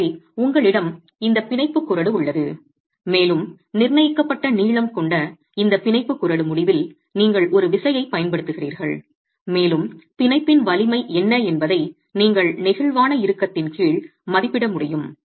எனவே உங்களிடம் இந்த பிணைப்பு குறடு உள்ளது மேலும் நிர்ணயிக்கப்பட்ட நீளம் கொண்ட இந்த பிணைப்பு குறடு முடிவில் நீங்கள் ஒரு விசையைப் பயன்படுத்துகிறீர்கள் மேலும் பிணைப்பின் வலிமை என்ன என்பதை நீங்கள் நெகிழ்வான இறுக்கத்தின் கீழ் மதிப்பிட முடியும்